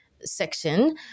section